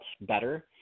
better